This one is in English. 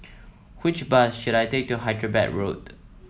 which bus should I take to Hyderabad Road